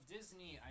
Disney